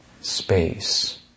space